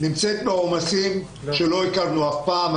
נמצאת בעומסים שלא הכרנו אף פעם.